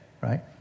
right